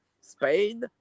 Spain